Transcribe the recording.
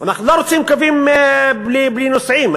אנחנו לא רוצים קווים בלי נוסעים,